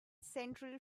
central